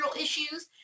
issues